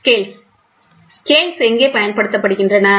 scales scales எங்கே பயன்படுத்தப்படுகின்றன